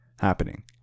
happening